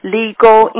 legal